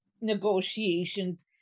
negotiations